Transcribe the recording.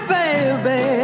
baby